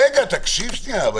תקשיב שנייה.